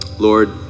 Lord